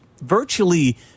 virtually